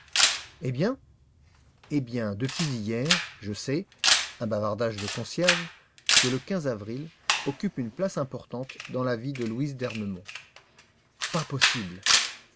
eh bien eh bien depuis hier je sais un bavardage de concierge que le avril occupe une place importante dans la vie de louise d'ernemont pas possible